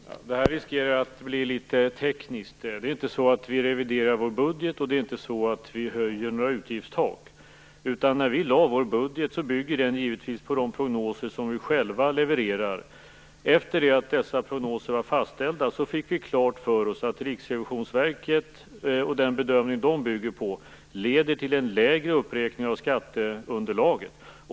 Fru talman! Det här riskerar att bli litet tekniskt. Det är inte så att vi reviderar vår budget, och det är inte så att vi höjer några utgiftstak. Den budget vi lade fram bygger givetvis på de prognoser som vi själva levererar. Efter det att dessa prognoser var fastställda fick vi klart för oss att den bedömning som Riksrevisionsverket bygger på leder till en lägre uppräkning av skatteunderlaget.